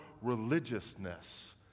religiousness